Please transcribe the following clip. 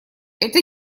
это